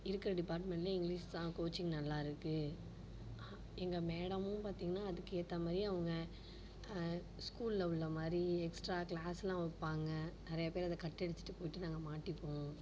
இருக்கிற டிபார்ட்மண்ட்டிலே இங்கிலிஷ் தான் கோச்சிங் நல்லாயிருக்கு எங்கள் மேடமும் பார்த்திங்னா அதுக்கு ஏற்ற மாதிரியே அவங்க ஸ்கூலில் உள்ள மாதிரி எக்ஸ்ட்டா கிளாஸெலாம் வைப்பாங்க நிறையா பேர் அதை கட் அடிச்சுட்டு போயிட்டு நாங்கள் மாட்டிப்போம்